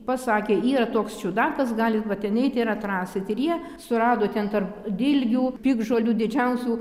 pasakė yra toks čiudakas galit va ten eiti ir atrasit ir jie surado ten tarp dilgių piktžolių didžiausių